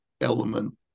element